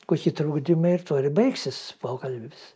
kokį trukdymą ir tuo ir baigsis pokalbis